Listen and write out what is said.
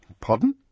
Pardon